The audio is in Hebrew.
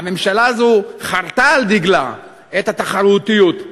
שהממשלה הזאת חרתה על דגלה את התחרותיות.